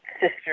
sister